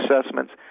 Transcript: assessments